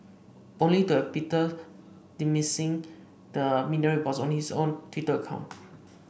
only to have Peters dismissing the media reports on his own Twitter account